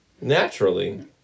Naturally